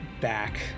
back